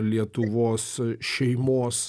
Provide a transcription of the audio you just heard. lietuvos šeimos